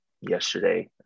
yesterday